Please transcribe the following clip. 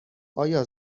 آیا